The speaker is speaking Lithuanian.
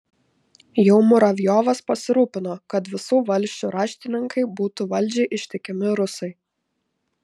jau muravjovas pasirūpino kad visų valsčių raštininkai būtų valdžiai ištikimi rusai